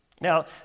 Now